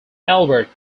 albert